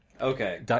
Okay